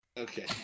Okay